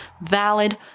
valid